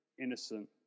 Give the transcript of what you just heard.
innocent